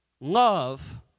Love